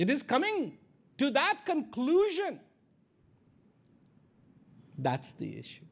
it is coming to that conclusion that's the issue